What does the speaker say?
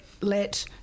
let